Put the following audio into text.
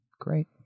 great